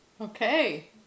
Okay